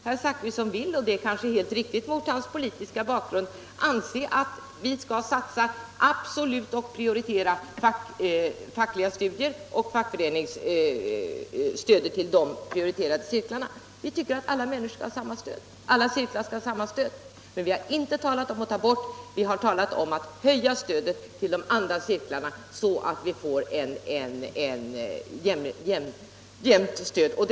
Herr Zachrisson anser — och det är kanske helt riktigt mot hans politiska bakgrund — att vi skall prioritera fackliga studier. Vi tycker att alla cirklar skall ha samma stöd. Men vi har inte talat om att ta bort utan om att höja stödet till de andra cirklarna så att Allmänpolitisk debatt Allmänpolitisk debatt stödet blir jämnt fördelat.